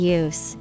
use